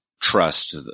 trust